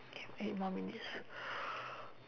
eight more minutes